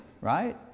right